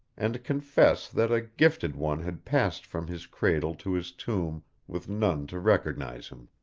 and confess that a gifted one had passed from his cradle to his tomb with none to recognize him.